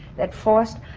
that force,